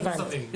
הבנתי.